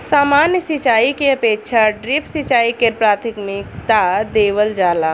सामान्य सिंचाई के अपेक्षा ड्रिप सिंचाई के प्राथमिकता देवल जाला